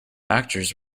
actors